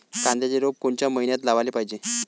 कांद्याचं रोप कोनच्या मइन्यात लावाले पायजे?